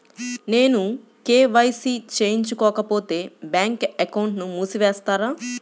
నేను కే.వై.సి చేయించుకోకపోతే బ్యాంక్ అకౌంట్ను మూసివేస్తారా?